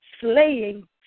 Slaying